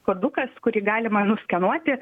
kuodukas kurį galima nuskenuoti